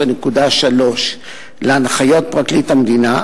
13.3 להנחיות פרקליט המדינה,